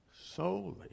solely